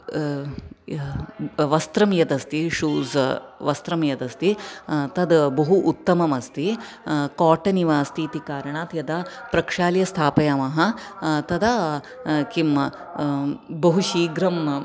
वस्त्रं यदस्ति शूस् वस्त्रं यदस्ति तद् बहु उत्तममस्ति काटन् इव अस्ति इति कारणात् यदा प्रक्षाल्य स्थापयामः तदा किं बहु शिघ्रं